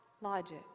logic